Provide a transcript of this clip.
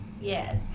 Yes